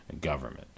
government